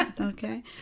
okay